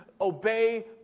obey